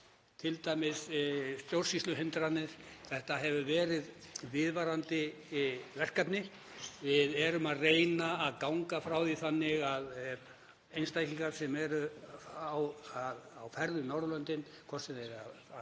varðar stjórnsýsluhindranir. Þetta hefur verið viðvarandi verkefni. Við erum að reyna að ganga frá því þannig að einstaklingar sem eru á ferð um Norðurlöndin, hvort sem þeir eru að